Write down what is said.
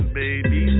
baby